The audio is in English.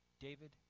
David